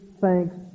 thanks